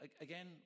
again